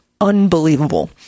Unbelievable